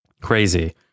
crazy